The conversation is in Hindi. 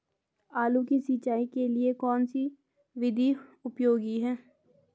आलू की सिंचाई के लिए कौन सी विधि उपयोगी है?